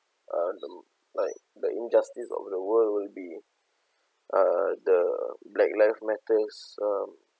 uh like the injustice over the world will be uh the black lives matters um